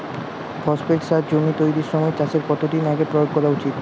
Phosphate সার জমি তৈরির সময় চাষের কত দিন আগে প্রয়োগ করা উচিৎ?